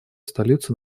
столицу